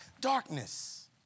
darkness